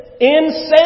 insane